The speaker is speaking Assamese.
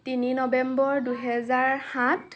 তিনি নৱেম্বৰ দুই হেজাৰ সাত